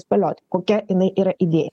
spėlioti kokia jinai yra idėja